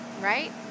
right